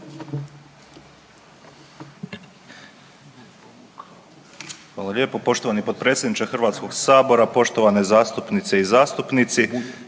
Hvala lijepo poštovani potpredsjedniče Hrvatskog sabora. Poštovana državna tajnice